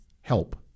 help